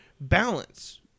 balance